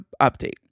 update